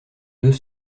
deux